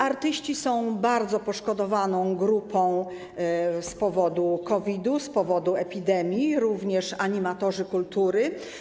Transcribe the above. Artyści są grupą bardzo poszkodowaną z powodu COVID-u, z powodu epidemii, również animatorzy kultury.